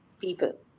people